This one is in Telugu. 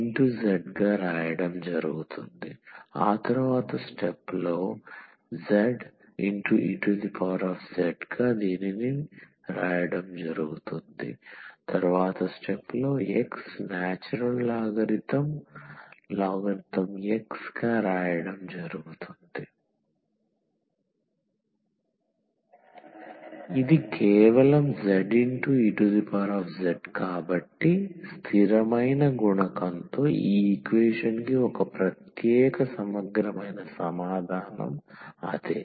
ఇది కేవలం zez కాబట్టి స్థిరమైన గుణకంతో ఈ ఈక్వేషన్ కి ఒక ప్రత్యేక సమగ్రమైన సమాధానం అదే